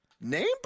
Name